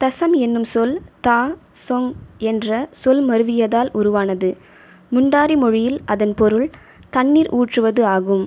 தசம் எனும் சொல் தா சொங் என்ற சொல் மருவியதால் உருவானது முண்டாரி மொழியில் அதன் பொருள் தண்ணீர் ஊற்றுவது ஆகும்